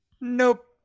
Nope